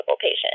patient